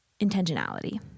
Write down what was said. intentionality